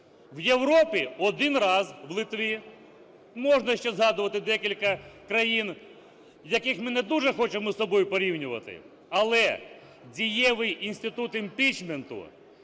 У Європі один раз, у Литві. Можна ще згадувати декілька країн, яких ми не дуже хочемо з собою порівнювати. Але дієвий інститут імпічменту